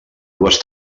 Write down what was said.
dues